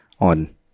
on